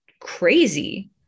crazy